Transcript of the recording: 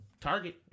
Target